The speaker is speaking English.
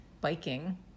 Biking